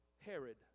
Herod